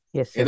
Yes